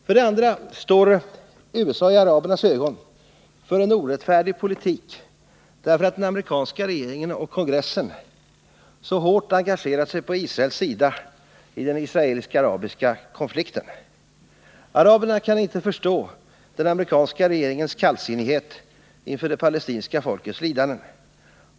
För det andra står USA i arabernas ögon för en orättfärdig politik därför att den amerikanska regeringen och kongressen så hårt engagerat sig på Israels sida i den israelisk-arabiska konflikten. Araberna kan inte förstå den amerikanska regeringens kallsinnighet inför det palestinska folkets lidanden.